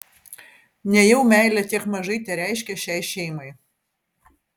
nejau meilė tiek mažai tereiškia šiai šeimai